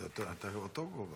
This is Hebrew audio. תודה רבה.